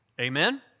Amen